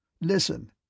Listen